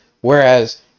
Whereas